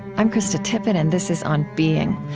i'm krista tippett, and this is on being.